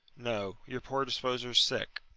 no, your poor disposer's sick.